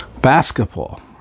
Basketball